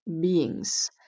beings